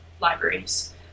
libraries